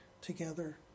together